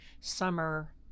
summer